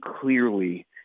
clearly